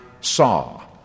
saw